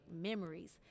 memories